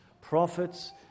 prophets